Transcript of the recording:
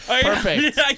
perfect